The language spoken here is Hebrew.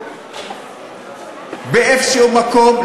ובאיזה מקום,